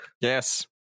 Yes